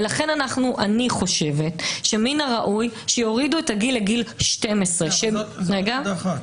ולכן אני חושבת מן הראוי שיורידו את הגיל לגיל 12. זאת נקודה אחת.